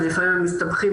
לפעמים הם מסתבכים